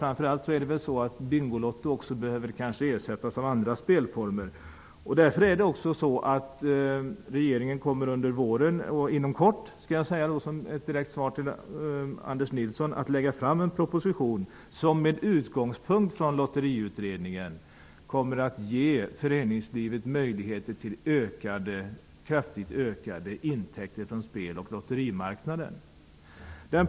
Framför allt behöver Därför kommer regeringen att under våren -- inom kort, som ett direkt svar till Anders Nilsson -- att lägga fram en proposition. I propositionen kommer förslag att finnas som med utgångspunkt i Lotteriutredningens resultat kommer att ge föreningslivet möjligheter till kraftigt ökade intäkter från spel och lotterimarknaden.